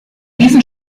diesen